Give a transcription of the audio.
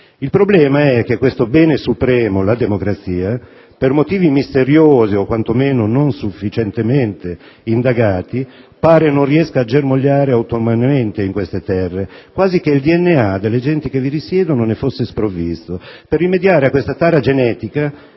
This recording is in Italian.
Il problema è che questo bene supremo, la democrazia, per motivi misteriosi, o quantomeno non sufficientemente indagati, pare non riesca a germogliare autonomamente in queste terre, quasi che il DNA delle genti che vi risiedono ne fosse sprovvisto. Per rimediare a questa tara genetica,